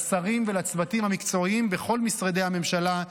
לשרים ולצוותים המקצועיים בכל משרדי הממשלה,